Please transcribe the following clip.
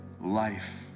life